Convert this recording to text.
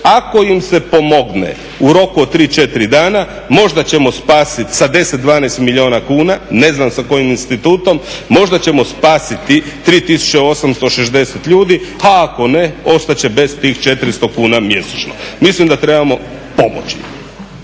Ako im se pomogne u roku od 3, 4 dana možda ćemo spasiti 10, 12 milijuna kuna ne znam sa kojim institutom možda ćemo spasiti 3.860 ljudi, a ako ne ostat će bez tih 400 kuna mjesečno. Mislim da trebamo pomoći.